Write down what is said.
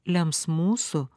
lems mūsų